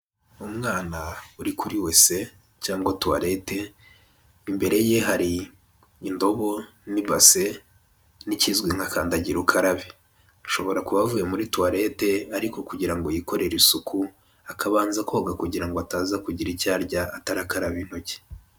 Umwana uri kuri wese cyangwa tuwarete imbere ye hari indobo n'ibase n'ikizwi nka kandagira ukarabe, ashobora kuba avuye muri tuwarete ariko kugira ngo yikorere isuku akabanza koga kugira ngo ataza kugira icyo arya atarakaraba intoki.